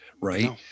right